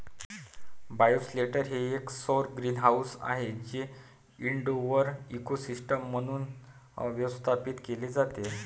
bioshelter हे एक सौर ग्रीनहाऊस आहे जे इनडोअर इकोसिस्टम म्हणून व्यवस्थापित केले जाते